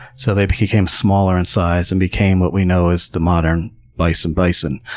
so they became smaller in size and became what we know as the modern bison bison.